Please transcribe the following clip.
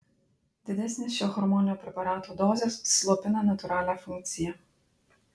didesnės šio hormoninio preparato dozės slopina natūralią funkciją